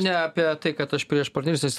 ne apie tai kad aš prieš partnerystės